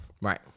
Right